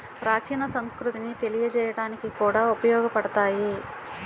ప్రాచీన సంస్కృతిని తెలియజేయడానికి కూడా ఉపయోగపడతాయి